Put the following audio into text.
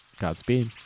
Godspeed